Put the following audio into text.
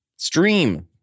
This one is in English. stream